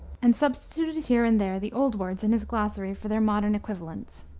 and substituted here and there the old words in his glossary for their modern equivalents.